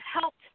helped